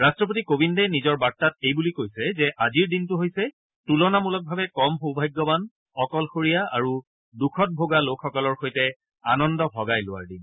ৰাট্টপতি কোবিন্দে নিজৰ বাৰ্তাত এইবুলি কৈছে যে আজিৰ দিনটো হৈছে তুলনামূলকভাৱে কম সৌভাগ্যবান অকলশৰীয়া আৰু দুখত ভোগা লোকসকলৰ সৈতে আনন্দ ভগাই লোৱাৰ দিন